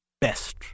best